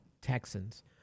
Texans